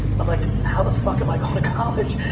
i'm like, how the fuck am i going to college?